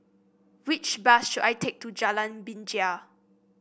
which bus should I take to Jalan Binjai